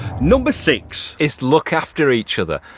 number six is look after each other,